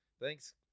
Thanks